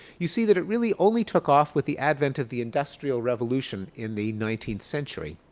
you see that it really only took off with the advent of the industrial revolution in the nineteenth century.